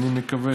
ואני מקווה